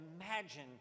imagine